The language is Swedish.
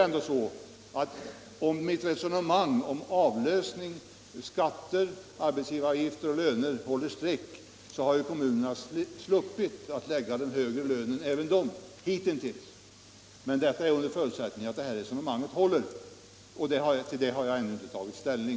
Om mitt resonemang om skatter-arbetsgivaravgifter-löner håller streck så har även kommunerna hittills sluppit betala de högre lönerna — detta alltså under förutsättning att resonemanget håller, och till den frågan har jag ännu inte tagit ställning.